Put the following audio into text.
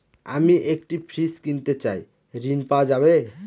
আমি একটি ফ্রিজ কিনতে চাই ঝণ পাওয়া যাবে?